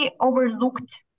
overlooked